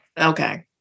Okay